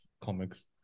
comics